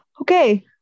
Okay